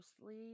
Mostly